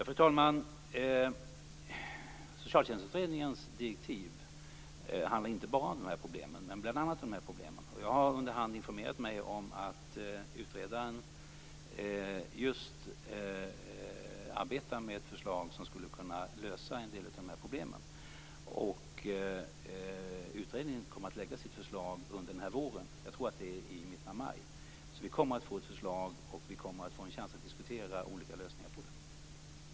Fru talman! Socialtjänstutredningens direktiv handlar inte bara om de här problemen, men bl.a. om dem. Jag har under hand informerat mig om att utredaren just arbetar med förslag som skulle kunna lösa en del av de här problemen. Utredningen kommer att lägga fram sitt förslag nu under våren. Jag tror att det sker i mitten av maj. Vi kommer således att få ett förslag. Vi kommer också att få en chans att diskutera olika lösningar på detta.